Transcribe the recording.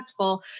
impactful